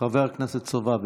חבר הכנסת סובה.